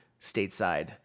stateside